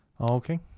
Okay